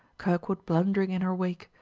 kirkwood blundering in her wake,